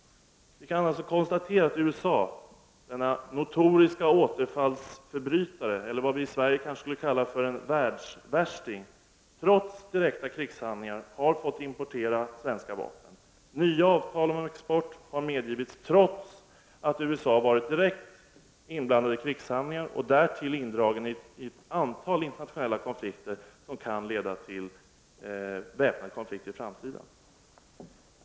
Vi kan alltså konstatera att USA — denna notoriska återfallsförbrytare, eller vad vi i Sverige kanske skulle kalla en ”världsvärsting” — trots direkta krigshandlingar har fått importera svenska vapen. Nya avtal om export har medgivits trots att USA har varit direkt inblandat i krigshandlingar och därtill indraget i ett antal internationella konflikter, som kan leda till väpnad konflikt i framtiden.